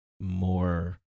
more